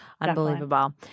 Unbelievable